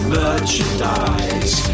merchandise